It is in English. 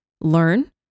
learn